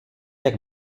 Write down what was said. jak